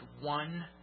one